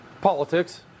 Politics